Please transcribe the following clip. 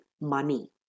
money